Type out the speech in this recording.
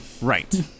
Right